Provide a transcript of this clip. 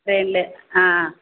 ட்ரெயினில் ஆ